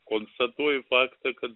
konstatuoju faktą kad